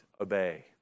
Obey